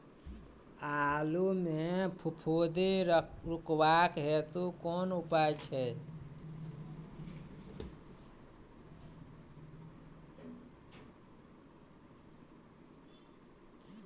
आलु मे फफूंदी रुकबाक हेतु कुन उपाय छै?